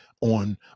on